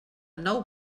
nou